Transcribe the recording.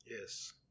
Yes